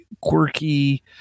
quirky